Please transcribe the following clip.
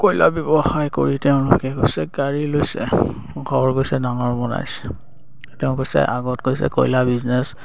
কয়লা ব্যৱসায় কৰি তেওঁলোকে কৈছে গাড়ী লৈছে ঘৰ গৈছে ডাঙৰ বনাইছে তেওঁ কৈছে আগত গৈছে কয়লা বিজনেছ